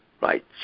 Right